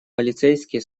полицейские